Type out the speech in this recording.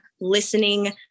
listening